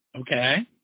Okay